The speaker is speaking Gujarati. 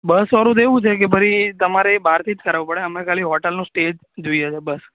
બસવાળું તો એવું છે કે ફરી તમારે બહારથી જ કરાવવું પડે અમે ખાલી હોટલનો સ્ટે જ જોઈએ છે બસ